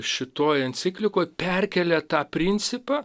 šitoj enciklikoj perkelia tą principą